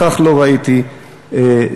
לכך לא ראיתי תשובה.